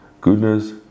goodness